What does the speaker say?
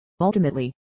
Ultimately